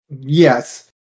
Yes